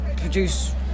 produce